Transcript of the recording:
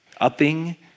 Upping